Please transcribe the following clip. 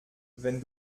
wenn